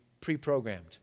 pre-programmed